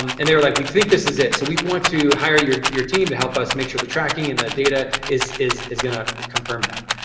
um and they were, like we think this is it. so we want to hire your your team to help us make sure the tracking and the data is is gonna confirm that.